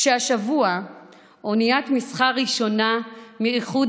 כשהשבוע אוניית מסחר ראשונה מאיחוד